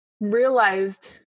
realized